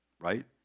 right